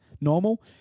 normal